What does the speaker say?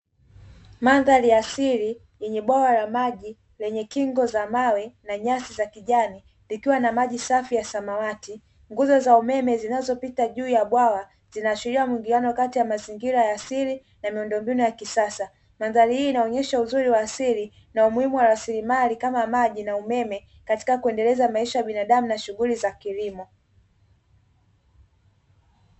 Mandhari ya asili lenye bwawa la maji lenye kingo za mawe na nyasi za kijani likiwa na maji safi ya samawati, nguzo za umeme zinazopita juu ya bwawa zinaashiria mwingiliano kati ya mazingira ya asili na miundo mbinu ya kisasa, mandhari hii inaonyesha uzuri wa asili na umuhimu wa rasilimali kama maji na umeme katika kuendeleza maisha ya binadamu katika shughuli za kilimo.